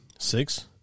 Six